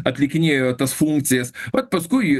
atlikinėjo tas funkcijas bet paskui